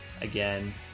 again